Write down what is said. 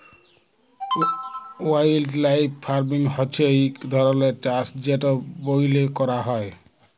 wildlife farming হছে ইক ধরলের চাষ যেট ব্যইলে ক্যরা হ্যয়